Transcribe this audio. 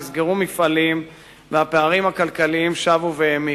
נסגרו מפעלים והפערים הכלכליים שבו העמיקו.